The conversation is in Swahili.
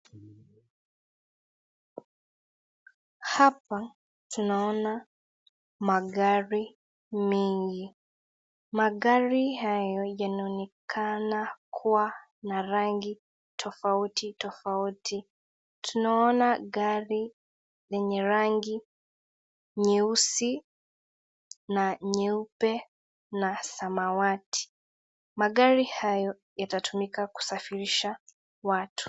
Hapa tunaona magari mingi. Magari hayo yanaonekana kuwa na rangi tofauti tofauti. Tunaona gari lenye rangi nyeusi na nyeupe na samawati. Magari hayo yatatumika kusafirisha watu.